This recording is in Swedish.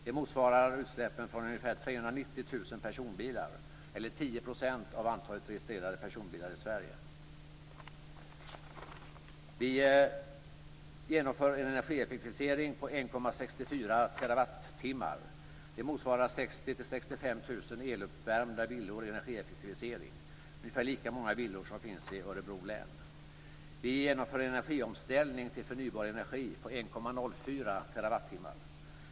Det motsvarar utsläppen från ungefär Vi genomför en energieffektivisering om 1,64 terawattimmar. Det motsvarar 60 000-65 000 eluppvärmda villor i energieffektivisering, dvs. ungefär lika många villor som finns i Örebro län. Vi genomför en energiomställning till förnybar energi om 1,04 terawattimmar.